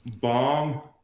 bomb